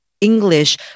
English